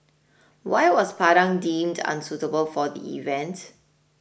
why was Padang deemed unsuitable for the event